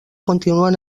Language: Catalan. continuen